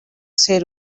ser